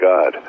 God